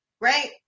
right